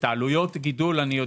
אני יודע מה הן עלויות הגידול שלו.